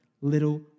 little